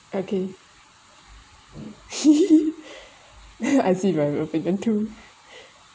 okay I see very often into